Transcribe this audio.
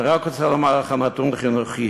אני רק רוצה להגיד לך נתון חינוכי: